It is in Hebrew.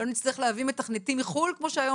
לא נצטרך להביא מתכנתים מחו"ל כמו שהיום